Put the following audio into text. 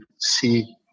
see